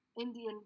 Indian